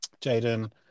Jaden